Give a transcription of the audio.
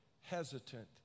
hesitant